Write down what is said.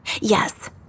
Yes